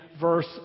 verse